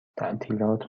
تعطیلات